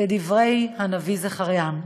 כדברי הנביא זכריה: